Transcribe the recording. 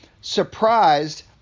surprised